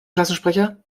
klassensprecher